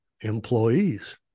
employees